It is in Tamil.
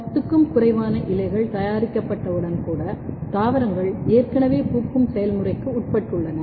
10 க்கும் குறைவான இலைகள் தயாரிக்கப்பட்டவுடன் கூட தாவரங்கள் ஏற்கனவே பூக்கும் செயல்முறைக்கு உட்பட்டுள்ளன